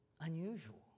unusual